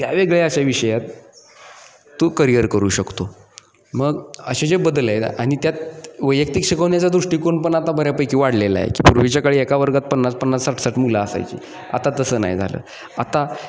त्यावेगळ्या अशा विषयात तू करियर करू शकतो मग असे जे बदल आहेत आणि त्यात वैयक्तिक शिकवण्याच्या दृष्टिकोन पण आता बऱ्यापैकी वाढलेलं आहे की पूर्वीच्याकडे एका वर्गात पन्नास पन्नास साठ साठ मुलं असायची आता तसं नाही झालं आता